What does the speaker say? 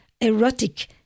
erotic